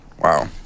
Wow